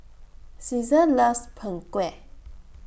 Ceasar loves Png Kueh